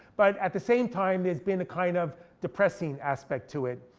but at the same time there's been a kind of depressing aspect to it.